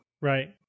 Right